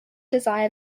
desire